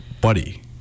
buddy